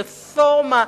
רפורמה,